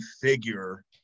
figure